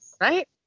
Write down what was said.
Right